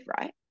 right